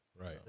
Right